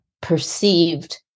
perceived